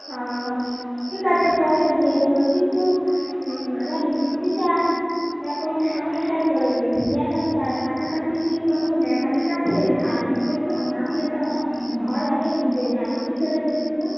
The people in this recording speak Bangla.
ওহ ঠিক আছে পয়সা দিয়ে দেবো কিন্তু আমার স্কুটিটা এরাকম সমস্যায় পড়ে গেছি জানো তা কাছাকাছি কি কোনো মেকানিক আছে সারানোর জন্য নাহলে তো আমার ঘর অনেক দূরে যাবো কী করে বলুন তো